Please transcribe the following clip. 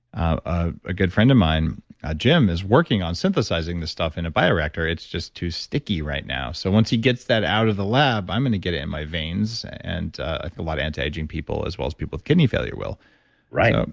ah a good friend of mine jim, is working on synthesizing this stuff in a bioreactor. it's just too sticky right now. so, once he gets that out of the lab, i'm going to get it in my veins and i think a lot of anti-aging people, as well as people with kidney failure will right. um